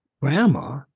grandma